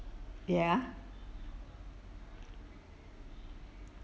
ya